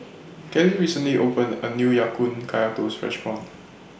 Kellie recently opened A New Ya Kun Kaya Toast Restaurant